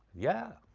yeah,